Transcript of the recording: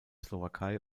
slowakei